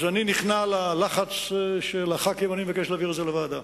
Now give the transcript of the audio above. אז אני נכנע ללחץ של חברי הכנסת ומבקש להעביר את זה לוועדה.